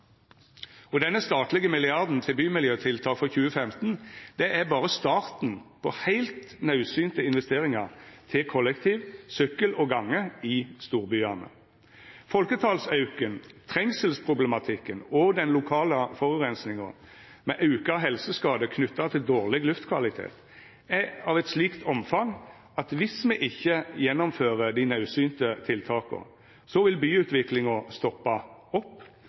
og gåande. Denne statlege milliarden til bymiljøtiltak for 2015 er berre starten på heilt naudsynte investeringar til kollektiv, sykkel og gange i storbyane. Folketalsauken, trengselsproblematikken og den lokale forureininga med auka helseskade knytt til dårleg luftkvalitet, er av eit slikt omfang at viss me ikkje gjennomfører dei naudsynte tiltaka, vil byutviklinga stoppa opp